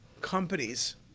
companies